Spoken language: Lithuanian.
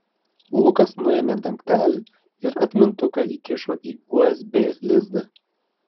lukas nuėmė dangtelį ir atmintuką įkišo į usb lizdą